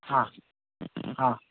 ആ ആ